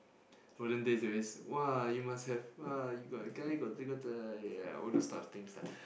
olden days they always !wah! you must have !wah! you got guy got all those types of things lah